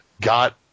got